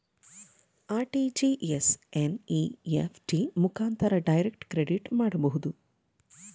RTGS, NEFT ಮುಖಾಂತರ direct credit ಮಾಡಬಹುದು